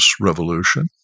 revolution